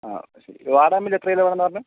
ആ ശരി വാടാമല്ലി എത്ര കിലൊ വേണോന്നാ പറഞ്ഞെ